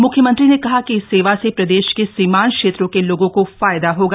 मुख्यमंत्री ने कहा कि इस सेवा से प्रदेश के सीमान्त क्षेत्रों के लोगों को फायदा होगा